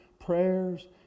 prayers